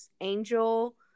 Angel